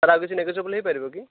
sir ଆଉ କିଛି negotiable ହେଇପାରିବ କି